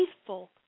faithful